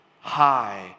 high